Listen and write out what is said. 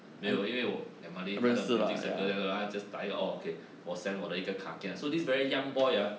没有因为我 emily 她的 beauty settle liao 她 just 打一个 oh okay 我 send 我的一个 kakia so this very young boy ah